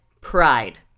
Pride